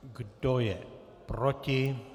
Kdo je proti?